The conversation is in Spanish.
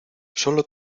sólo